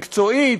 מקצועית,